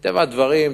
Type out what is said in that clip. מטבע הדברים,